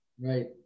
right